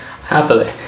happily